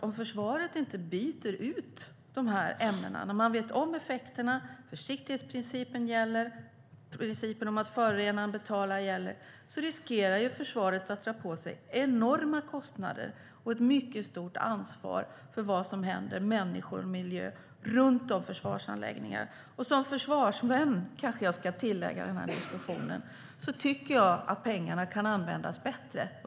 Om försvaret inte byter ut de här ämnena, trots att man vet om effekterna och trots att försiktighetsprincipen och principen att förorenaren betalar gäller, innebär det att försvaret riskerar att dra på sig enorma kostnader och ett mycket stort ansvar för vad som händer med människor och miljö runt om försvarsanläggningar. Som försvarsvän - det kanske jag ska tillägga i den här diskussionen - tycker jag att pengarna kan användas bättre.